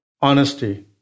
Honesty